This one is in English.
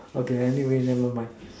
okay anyway never mind